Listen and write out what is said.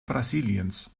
brasiliens